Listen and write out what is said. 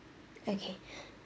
okay